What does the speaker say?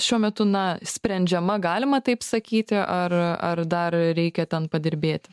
šiuo metu na sprendžiama galima taip sakyti ar ar dar reikia ten padirbėti